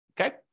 okay